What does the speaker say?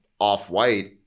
off-white